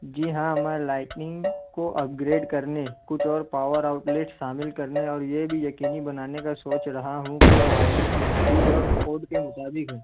جی ہاں میں لائٹننگ کو اپگریڈ کرنے کچھ اور پاور آؤٹ لیٹ شامل کرنے اور یہ بھی یقینی بنانے کا سوچ رہا ہوں کہ وائرنگ محفوظ اور کوڈ کے مطابق ہے